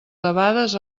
debades